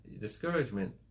Discouragement